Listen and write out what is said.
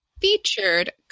featured